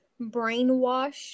brainwashed